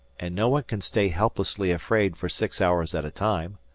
and no one can stay helplessly afraid for six hours at a time.